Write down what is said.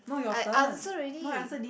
I answer already